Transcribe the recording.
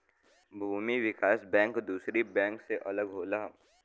भूमि विकास बैंक दुसरे बैंक से अलग होला